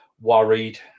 worried